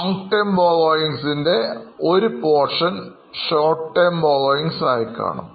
long term borrowings ൻറെ ഒരു portion short term borrowing ആയിക്കാണും